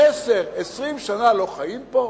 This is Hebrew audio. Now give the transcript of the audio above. עשר, 20 שנה לא חיים פה?